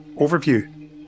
overview